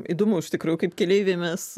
įdomu iš tikrųjų kaip keleiviai mes